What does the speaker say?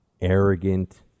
arrogant